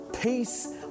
peace